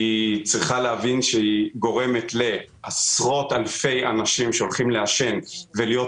היא צריכה להבין שהיא גורמת לעשרות אלפי אנשים שהולכים לעשן ולהיות